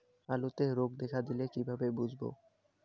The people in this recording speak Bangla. আলুতে রোগ দেখা দিলে কিভাবে বুঝবো?